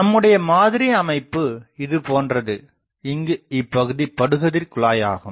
நம்முடைய மாதிரி அமைப்பு இது போன்றது இங்கு இப்பகுதி படுகதிர் குழாய் ஆகும்